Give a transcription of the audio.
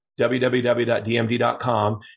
www.dmd.com